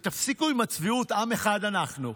ותפסיקו עם הצביעות, עם אחד אנחנו.